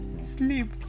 Sleep